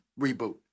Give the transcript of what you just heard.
reboot